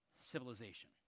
civilization